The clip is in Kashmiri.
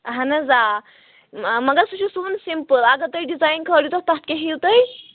اَہَن حظ آ مگر سُہ چھُ سُوُن سِمپٕل اگر تُہۍ ڈِزایِن کھٲلِو تَتھ تتھ کیٛاہ ہیٚیِو تُہۍ